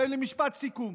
במשפט סיכום,